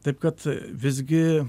taip kad visgi